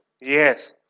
Yes